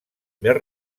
més